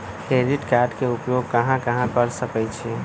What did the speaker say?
Credit card के उपयोग कहां कहां कर सकईछी?